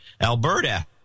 Alberta